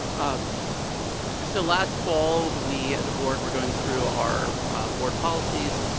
um so last fall, we, as a board, were going through our board policies.